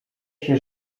się